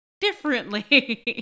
differently